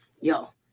yo